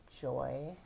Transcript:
joy